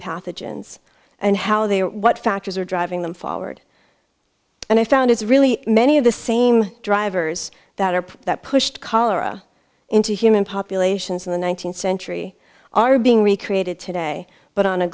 pathogens and how they are what factors are driving them forward and i found is really many of the same drivers that are that pushed cholera into human populations in the one nine hundred centuries are being recreated today but on a